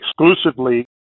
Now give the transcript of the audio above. exclusively